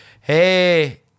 Hey